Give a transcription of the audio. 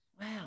Wow